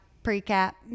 Pre-cap